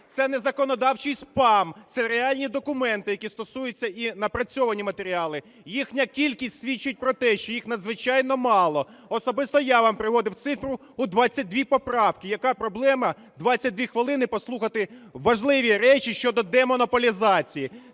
Це не законодавчий спам, це реальні документи, які стосуються... і напрацьовані матеріали. Їхня кількість свідчить про те, що їх надзвичайно мало. Особисто я вам приводив цифру в 22 поправки. Яка проблема 22 хвилини послухати важливі речі щодо демонополізації?